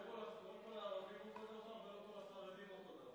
לא כל הערבים אותו דבר ולא כל החרדים אותו דבר.